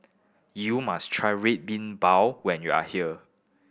you must try Red Bean Bao when you are here